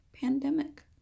pandemic